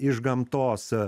iš gamtos